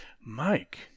Mike